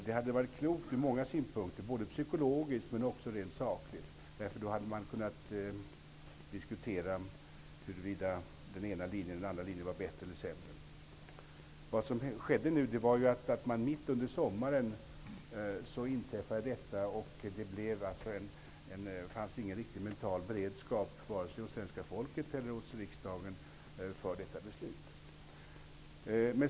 Det hade varit klokt ur många synpunkter, både psykologiskt och rent sakligt, eftersom man då hade kunnat diskutera huruvida den ena eller den andra linjen var bättre eller sämre. Nu inträffade detta mitt under sommaren. Det fanns inte någon riktig mental beredskap vare sig hos svenska folket eller hos riksdagen för detta beslut.